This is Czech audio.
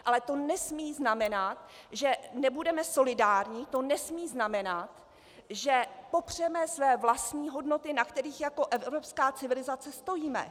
Ale to nesmí znamenat, že nebudeme solidární, to nesmí znamenat, že popřeme své vlastní hodnoty, na kterých jako evropská civilizace stojíme.